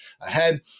ahead